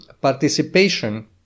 participation